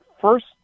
first